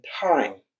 time